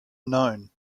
known